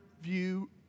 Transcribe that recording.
view